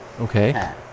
okay